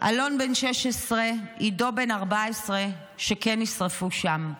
אלון בן ה-16, עידו בן ה-14, שכן נשרפו שם,